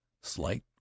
Slight